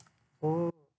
oh